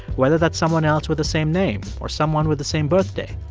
whether that's someone else with the same name or someone with the same birthday.